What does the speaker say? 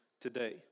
today